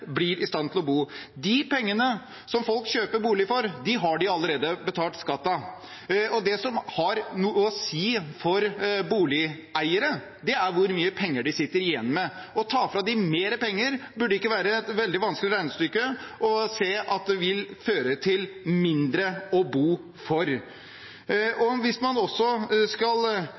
blir i stand til å bo. De pengene som folk kjøper bolig for, har de allerede betalt skatt av. Det som har noe å si for boligeiere, er hvor mye penger de sitter igjen med. Det burde ikke være et veldig vanskelig regnestykke – det å se at å ta fra dem mer penger, vil føre til mindre å bo for. Hvis man også skal